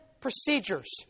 procedures